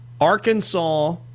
Arkansas